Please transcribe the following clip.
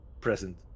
present